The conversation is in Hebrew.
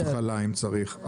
הבחלה אם צריך,